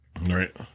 Right